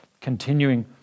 continuing